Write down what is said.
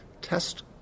test